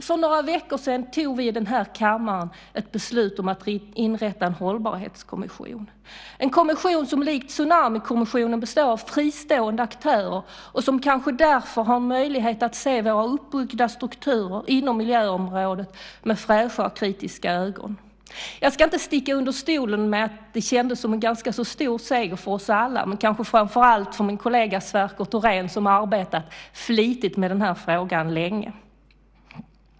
För några veckor sedan tog vi i den här kammaren ett beslut om att inrätta en hållbarhetskommission, en kommission som likt tsunamikommissionen består av fristående aktörer och som kanske därför har möjlighet att se våra uppbyggda strukturer inom miljöområdet med fräscha och kritiska ögon. Jag ska inte sticka under stol med att det kändes som en ganska så stor seger för oss alla men kanske framför allt för min kollega Sverker Thorén som arbetat flitigt med den här frågan länge.